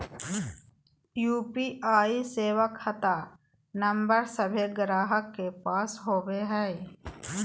UPI सेवा खता नंबर सभे गाहक के पास होबो हइ